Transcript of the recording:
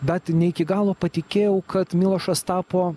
bet ne iki galo patikėjau kad milošas tapo